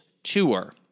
Tour